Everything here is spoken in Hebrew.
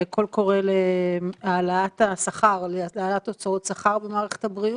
קול קורא להעלאת הוצאות השכר במערכת הבריאות.